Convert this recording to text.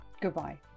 goodbye